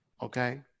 Okay